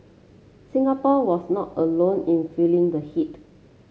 Singapore was not alone in feeling the heat